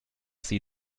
sie